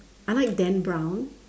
I like Dan Brown